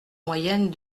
moyenne